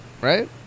right